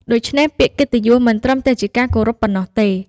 ដូច្នេះ ពាក្យកិត្តិយសមិនត្រឹមតែជាការគោរពប៉ុណ្ណោះទេ។